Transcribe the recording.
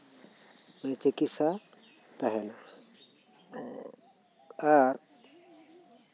ᱢᱟᱱᱮ ᱪᱤᱠᱤᱥᱥᱟ ᱛᱟᱦᱮᱱᱟ ᱟᱨ